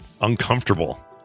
uncomfortable